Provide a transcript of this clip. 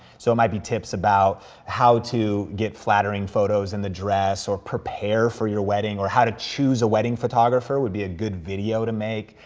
so it might be tips about how to get flattering photos in the dress, or prepare for your wedding, or how to choose a wedding photographer would be a good video to make,